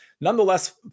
nonetheless